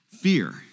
Fear